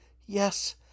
yes